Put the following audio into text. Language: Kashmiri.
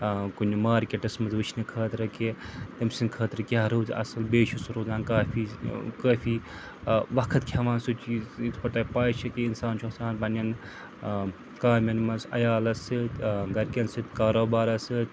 کُنہِ مارکٮ۪ٹَس منٛز وٕچھنہِ خٲطرٕ کہِ تٔمۍ سٕنٛدۍ خٲطرٕ کیٛاہ روٗزِ اَصٕل بیٚیہِ چھُ سُہ روزان کافی کٲفی وقت کھٮ۪وان سُہ چیٖز یِتھ پٲٹھۍ تۄہہِ پَے چھِ کہِ اِنسان چھُ آسان پَنٛنٮ۪ن کامٮ۪ن منٛز عیالَس سۭتۍ گَرکٮ۪ن سۭتۍ کاروبارَس سۭتۍ